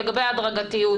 לגבי ההדרגתיות